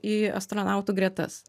į astronautų gretas